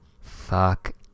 fuck